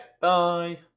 Bye